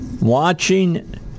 Watching